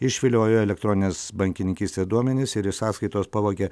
išviliojo elektroninės bankininkystės duomenis ir iš sąskaitos pavogė